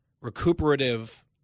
recuperative